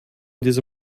diese